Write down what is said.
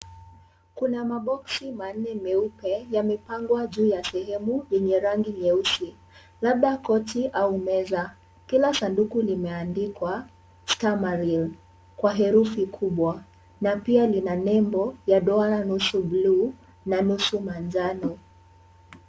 Kuna maboxi manne meupe yamepangwa juu ya sehemu yenye rangi nyeusi, labda kochi au meza. Kila sanduku limeandikwa stameril kwa herufi kubwa na pia lina nembo ya duara nusu bluu na nusu manjano.